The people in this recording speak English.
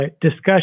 discussion